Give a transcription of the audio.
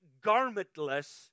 garmentless